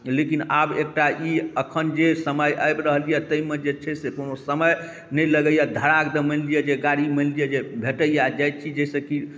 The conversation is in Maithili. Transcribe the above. लेकिन आब एकटा ई अखन जे समय आबि रहल यऽ ताहि मे जे छै से कोनो समय नहि लगैया धराक दऽ गाड़ी मानि लिअ जे भेटैया जाय छी जाहिसॅं कि